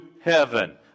heaven